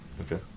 Okay